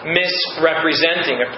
misrepresenting